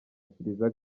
kiliziya